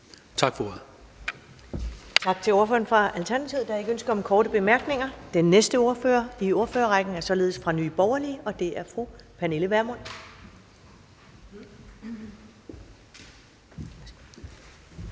Tak for ordet.